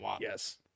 Yes